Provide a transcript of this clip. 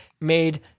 made